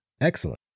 excellent